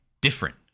different